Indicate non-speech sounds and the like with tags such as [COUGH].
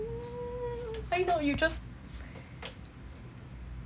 [NOISE] why not you just 乖